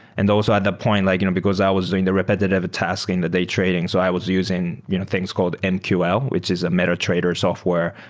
and also at the point, like you know because i was doing the repetitive task in the day trading. so i was using things called and mql, which is a meta trader software,